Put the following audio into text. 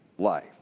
Life